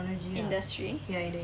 industry